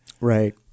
Right